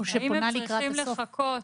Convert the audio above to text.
האם הם צריכים לחכות